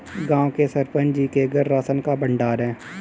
गांव के सरपंच जी के घर राशन का भंडार है